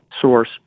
source